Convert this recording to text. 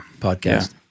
Podcast